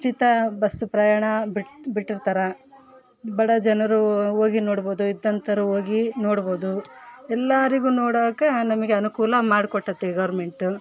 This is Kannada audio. ಉಚಿತ ಬಸ್ಸು ಪ್ರಯಾಣ ಬಿಟ್ಟಿರ್ತಾರೆ ಬಡ ಜನರು ಹೋಗಿ ನೋಡ್ಬೋದು ಇದ್ದಂಥೋರು ಹೋಗಿ ನೋಡ್ಬೋದು ಎಲ್ಲರಿಗು ನೋಡೋಕೆ ನಮಗೆ ಅನುಕೂಲ ಮಾಡಿಕೊಟ್ಟತೆ ಗೋರ್ಮೆಂಟ್